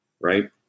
right